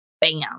bam